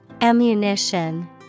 Ammunition